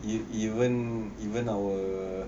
ev~ even even our